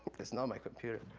it's not my computer.